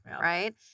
right